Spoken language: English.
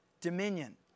dominion